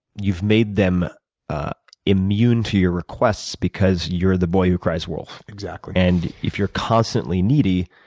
you've made them immune to your requests because you're the boy who cries wolf. exactly. and if you're constantly needy,